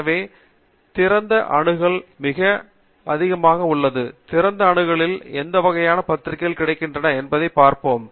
எனவே திறந்த அணுகல் மிக அதிகமாக உள்ளது திறந்த அணுகலில் எந்த வகையான பத்திரிகைகள் கிடைக்கின்றன என்பதைப் பார்ப்போம்